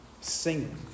singing